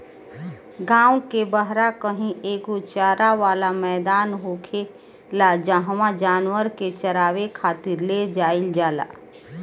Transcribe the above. गांव के बाहरा कही एगो चारा वाला मैदान होखेला जाहवा जानवर के चारावे खातिर ले जाईल जाला